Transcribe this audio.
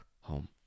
home